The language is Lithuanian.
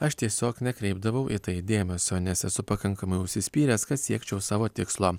aš tiesiog nekreipdavau į tai dėmesio nes esu pakankamai užsispyręs kad siekčiau savo tikslo